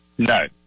No